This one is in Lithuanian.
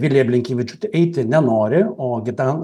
vilija blinkevičiūtė eiti nenori o gi tam